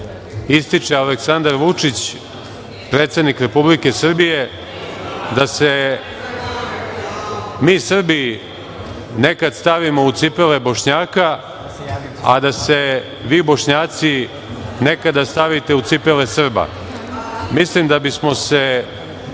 ističe Aleksandar Vučić, predsednik Republike Srbije, da se mi Srbi nekad stavimo u cipele Bošnjaka, a da se vi Bošnjaci nekada stavite u cipele Srba. Mislim da bismo se